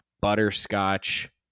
butterscotch